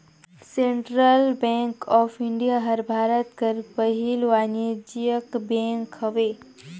central bank of India हर भारत कर पहिल वानिज्यिक बेंक हवे